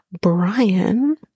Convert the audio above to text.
Brian